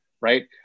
right